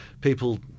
people